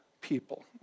people